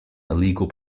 illegal